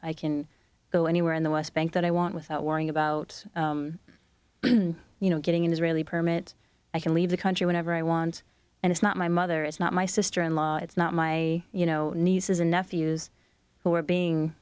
i can go anywhere in the west bank that i want without worrying about you know getting an israeli permit i can leave the country whenever i want and it's not my mother it's not my sister in law it's not my you know nieces and nephews who are being